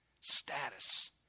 Status